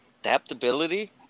adaptability